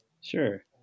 Sure